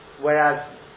Whereas